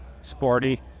sporty